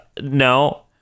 no